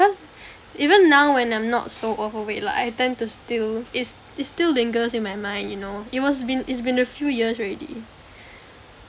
even now when I'm not so overweight lah I tend to still it's it's still lingers in my mind you know it must been it's been a few years already